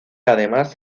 además